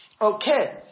Okay